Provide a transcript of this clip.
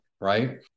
right